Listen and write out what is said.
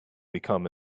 become